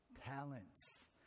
talents